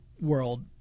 world